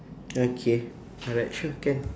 okay alright sure can